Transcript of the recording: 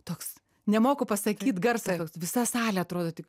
toks nemoku pasakyt garsas toks visa salė atrodo taip